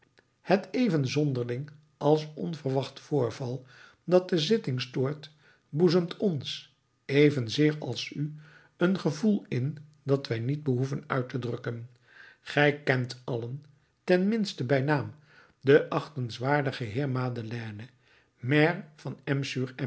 het even zonderling als onverwacht voorval dat de zitting stoort boezemt ons evenzeer als u een gevoel in dat wij niet behoeven uit te drukken gij kent allen ten minste bij naam den achtenswaardigen heer madeleine maire van